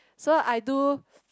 so I do